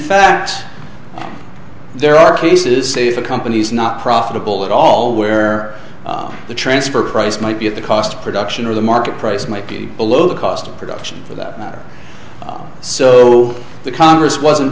fact there are cases if a company is not profitable at all where the transfer price might be at the cost of production or the market price might be below the cost of production for that matter so the congress wasn't